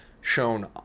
shown